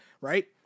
Right